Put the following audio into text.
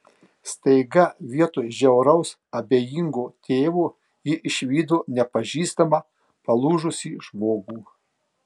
staiga vietoj žiauraus abejingo tėvo ji išvydo nepažįstamą palūžusį žmogų